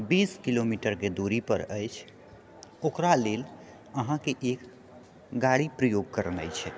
बीस किलोमीटरके दूरीपर अछि ओकरा लेल अहाँके एक गाड़ी प्रयोग करनाइ छै